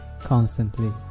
constantly